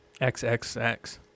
XXX